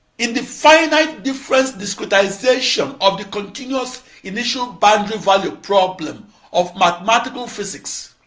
in the finite difference discretization of the continuous initial-boundary value problem of mathematical physics,